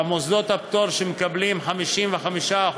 ומוסדות הפטור, שמקבלים 55%,